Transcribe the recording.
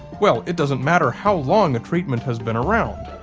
well, it doesn't matter how long a treatment has been around.